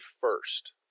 first